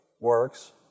works